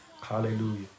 Hallelujah